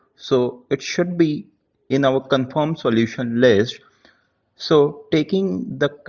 so it should be in our confirmed solution list so taking the